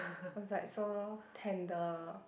it was like so tender